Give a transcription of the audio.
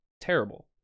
terrible